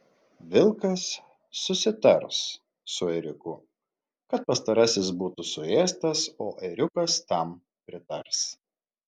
vilkas susitars su ėriuku kad pastarasis būtų suėstas o ėriukas tam pritars